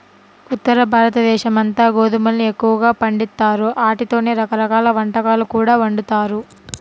ఉత్తరభారతదేశమంతా గోధుమల్ని ఎక్కువగా పండిత్తారు, ఆటితోనే రకరకాల వంటకాలు కూడా వండుతారు